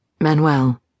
Manuel